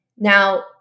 Now